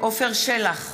עפר שלח,